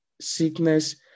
sickness